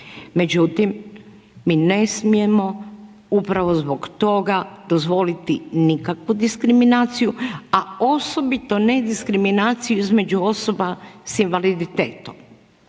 Međutim, mi ne smijemo upravo zbog toga dozvoliti nikakvu diskriminaciju a osobito ne diskriminaciju između osoba sa invaliditetom.